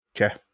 Okay